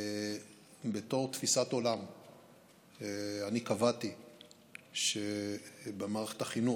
בתור תפיסת עולם אני קבעתי שבמערכת החינוך,